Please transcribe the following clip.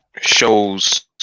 shows